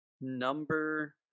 number